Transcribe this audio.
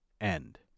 end